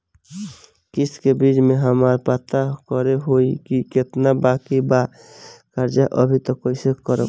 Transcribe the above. किश्त के बीच मे हमरा पता करे होई की केतना बाकी बा कर्जा अभी त कइसे करम?